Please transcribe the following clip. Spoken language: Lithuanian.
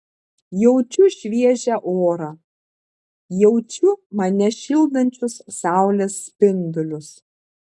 jaučiu šviežią orą jaučiu mane šildančius saulės spindulius